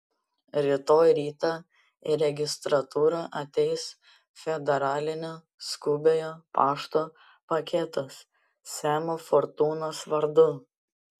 rytoj rytą į registratūrą ateis federalinio skubiojo pašto paketas semo fortūnos vardu